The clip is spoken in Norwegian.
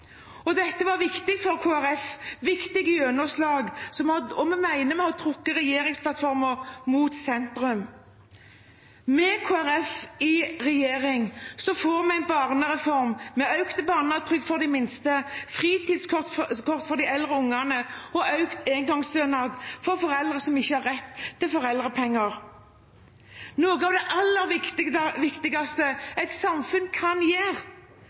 plattform. Dette var viktig for Kristelig Folkeparti. Vi har fått viktige gjennomslag, og vi mener vi har trukket regjeringsplattformen mot sentrum. Med Kristelig Folkeparti i regjering får vi en barnereform – med økt barnetrygd for de minste, fritidskort for de eldre ungene og økt engangsstønad for foreldre som ikke har rett til foreldrepenger. Noe av det aller viktigste et samfunn kan gjøre,